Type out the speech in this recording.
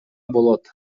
болот